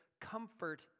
comfort